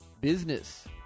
Business